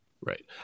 Right